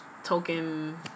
Token